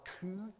two